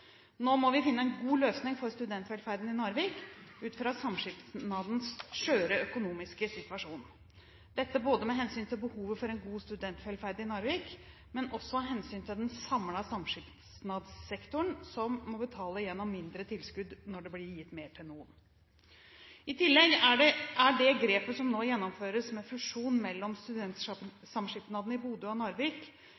Nå må vi finne en god løsning for studentvelferden i Narvik ut fra samskipnadens skjøre økonomiske situasjon, både med hensyn til behovet for en god studentvelferd i Narvik og av hensyn til den samlede samskipnadssektoren, som må betale gjennom mindre tilskudd når det blir gitt mer til noen. I tillegg er det grepet som nå gjennomføres – fusjon mellom